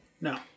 No